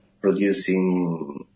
producing